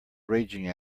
raging